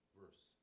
verse